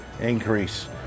increase